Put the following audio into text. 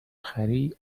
خری